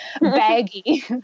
baggy